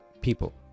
people